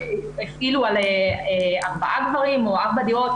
--- שהפעילו על ארבעה גברים או ארבע דירות,